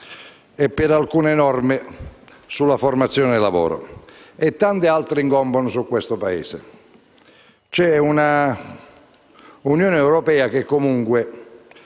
e per alcune norme sulla formazione-lavoro, e tante altre condanne incombono su questo Paese. C'è un'Unione europea che comunque,